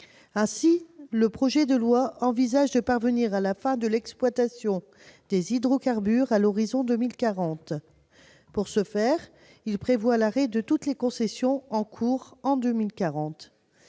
Ainsi, le texte vise à parvenir à la fin de l'exploitation des hydrocarbures à l'horizon de 2040. Pour ce faire, il prévoit l'arrêt de toutes les concessions en cours à cette